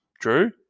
drew